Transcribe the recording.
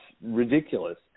ridiculous